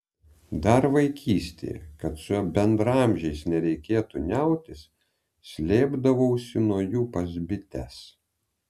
dar vaikystėje kad su bendraamžiais nereiktų niautis slėpdavausi nuo jų pas bites